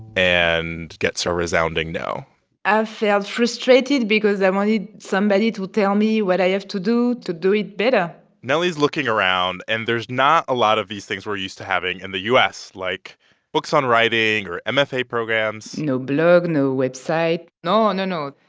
and gets a resounding no i felt frustrated because i wanted somebody to tell me what i have to do to do it better nelly's looking around, and there's not a lot of these things we're used to having in the u s, like books on writing or and mfa programs no blogs, no websites no, no, no.